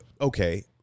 Okay